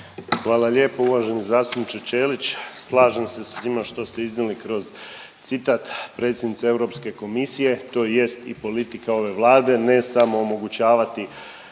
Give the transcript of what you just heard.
Hvala lijepo uvaženi zastupniče Ćelić. Slažem se sa svime što ste iznijeli kroz citat predsjednice europske komisije. To jest i politika ove Vlade, ne samo omogućavati